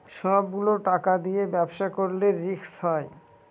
সব গুলো টাকা দিয়ে ব্যবসা করলে রিস্ক হয়